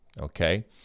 okay